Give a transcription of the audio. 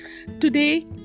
Today